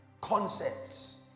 concepts